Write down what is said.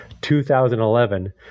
2011